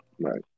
Right